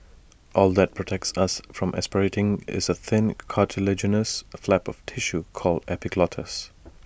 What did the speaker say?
all that protects us from aspirating is A thin cartilaginous flap of tissue called the epiglottis